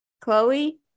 Chloe